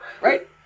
right